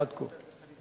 עד כה.